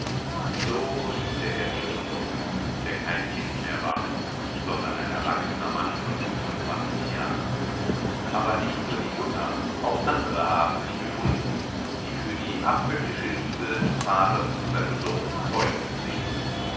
so liebte er diesen sohn der kein kind mehr war sondern ein erwachsener mann von fünfundzwanzig jahren aber nicht nur die mutter auch andere haben sich gefunden die für die abgöttische liebe des vaters zu seinem sohn zeugnis legen